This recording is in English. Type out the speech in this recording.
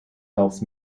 helps